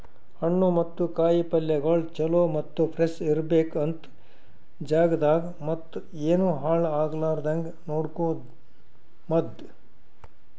ಹಣ್ಣು ಮತ್ತ ಕಾಯಿ ಪಲ್ಯಗೊಳ್ ಚಲೋ ಮತ್ತ ಫ್ರೆಶ್ ಇರ್ಬೇಕು ಅಂತ್ ಜಾಗದಾಗ್ ಮತ್ತ ಏನು ಹಾಳ್ ಆಗಲಾರದಂಗ ನೋಡ್ಕೋಮದ್